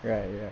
right right